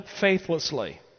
faithlessly